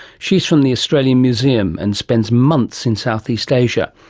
she is from the australian museum and spends months in south-east asia,